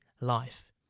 life